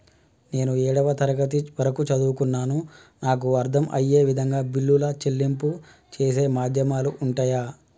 నేను ఏడవ తరగతి వరకు చదువుకున్నాను నాకు అర్దం అయ్యే విధంగా బిల్లుల చెల్లింపు చేసే మాధ్యమాలు ఉంటయా?